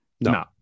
No